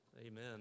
Amen